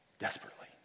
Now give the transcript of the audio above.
Desperately